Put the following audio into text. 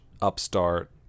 upstart